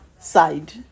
side